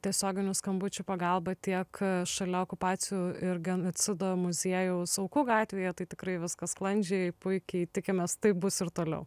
tiesioginių skambučių pagalba tiek šalia okupacijų ir genocido muziejaus aukų gatvėje tai tikrai viskas sklandžiai puikiai tikimės taip bus ir toliau